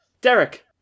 Derek